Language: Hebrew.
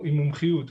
מומחיות.